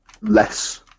less